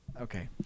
Okay